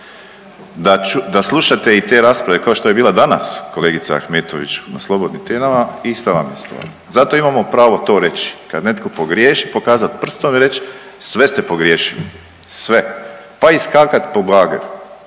Da slušate i te rasprave kao što je bila danas kolegica Ahmetović na slobodnim temama ista vam je stvar. Zato imamo pravo to reći. Kad netko pogriješi pokazat prstom i reći sve ste pogriješili, sve, pa i skakat po bageru